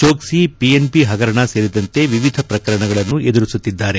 Choksi PNB ಹಗರಣ ಸೇರಿದಂತೆ ವಿವಿಧ ಪ್ರಕರಣಗಳನ್ನು ಎದುರಿಸುತ್ತಿದ್ದಾರೆ